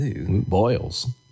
Boils